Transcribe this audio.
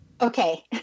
Okay